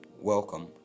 welcome